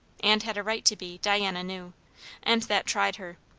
and had a right to be, diana knew and that tried her.